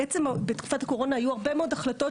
בתקופת הקורונה היו הרבה מאוד החלטות